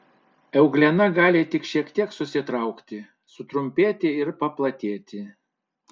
euglena gali tik šiek tiek susitraukti sutrumpėti ir paplatėti